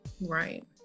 Right